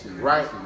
Right